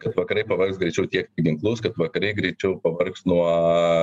kad vakarai pavargs greičiau tiekti ginklus kad vakarai greičiau pavargs nuo